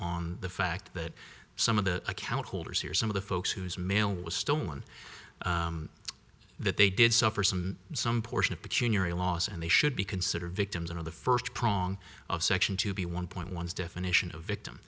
on the fact that some of the account holders here are some of the folks whose mail was stolen that they did suffer some some portion of a loss and they should be considered victims of the first prong of section two be one point one's definition of victim